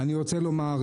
אני רוצה לומר,